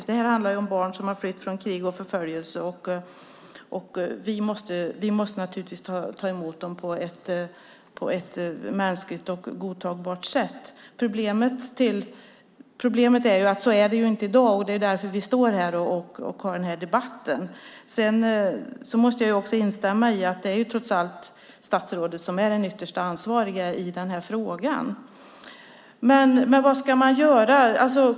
Det här handlar om barn som har flytt från krig och förföljelse, och vi måste naturligtvis ta emot dem på ett mänskligt och godtagbart sätt. Problemet är att så är det inte i dag, och det är därför vi står här och har denna debatt. Sedan måste jag också instämma i att det trots allt är statsrådet som är den ytterst ansvarige i den här frågan. Vad ska man göra?